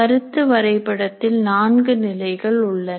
கருத்து வரைபடத்தில் 4 நிலைகள் உள்ளன